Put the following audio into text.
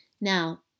Now